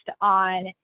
on